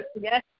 Yes